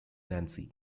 nancy